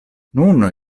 nun